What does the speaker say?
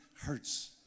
hurts